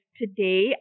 today